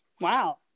Wow